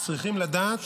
צריכים לדעת